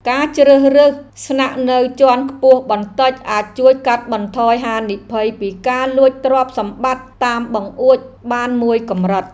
ការជ្រើសរើសស្នាក់នៅជាន់ខ្ពស់បន្តិចអាចជួយកាត់បន្ថយហានិភ័យពីការលួចទ្រព្យសម្បត្តិតាមបង្អួចបានមួយកម្រិត។